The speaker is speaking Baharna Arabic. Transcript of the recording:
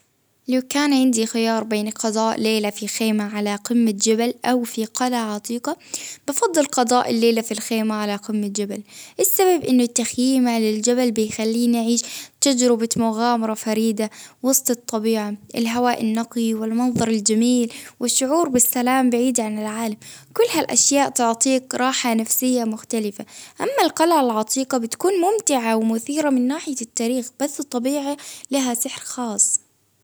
لو كان عندي خيار بين القضاء ليلة في خيمة علي قمة جبل أو في قلعة عتيقة، أفضل قضاء الليلة في الخيمة على قمة الجبل، السبب أن التخييم على الجبل بيخليه نعيش تجربة مغامرة فريدة وسط الطبيعة، الهواء النقي، والمنظر الجميل، والشعور بالسلام بعيدا عن العالم كل هالأشياء، تعطيك راحة نفسية مختلفة، أما القلعة العتيقة بتكون ممتعة ومثيرة من ناحية التاريخ، بس الطبيعي لها سحر خاص.